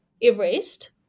erased